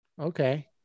Okay